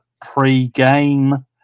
pre-game